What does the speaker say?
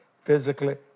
physically